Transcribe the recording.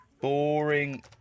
boring